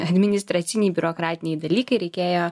administraciniai biurokratiniai dalykai reikėjo